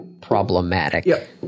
problematic